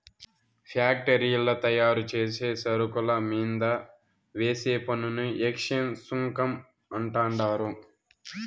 ఫ్యాక్టరీల్ల తయారుచేసే సరుకుల మీంద వేసే పన్నుని ఎక్చేంజ్ సుంకం అంటండారు